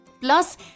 Plus